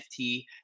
NFT